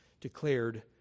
declared